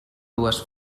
dues